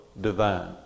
divine